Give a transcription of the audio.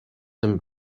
them